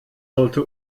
sollte